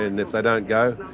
and if they don't go,